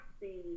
see